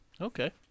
Okay